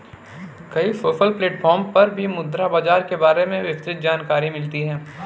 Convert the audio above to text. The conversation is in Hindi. कई सोशल प्लेटफ़ॉर्म पर भी मुद्रा बाजार के बारे में विस्तृत जानकरी मिलती है